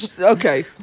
okay